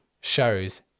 shows